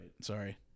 Sorry